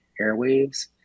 airwaves